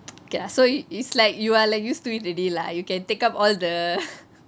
okay lah so it is like you are like used to it already lah you can take up all the